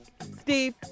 Steve